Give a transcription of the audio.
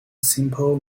simple